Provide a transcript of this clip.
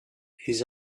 his